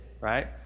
right